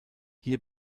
hier